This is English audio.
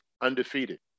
undefeated